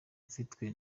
ufitwe